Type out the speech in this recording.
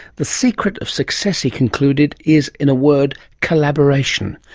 the secret of success he concluded is in a word collaboration.